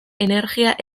energia